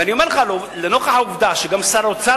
ואני אומר לך שנוכח העובדה שגם שר האוצר,